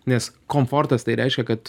nes komfortas tai reiškia kad